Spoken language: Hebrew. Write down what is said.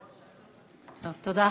תודה.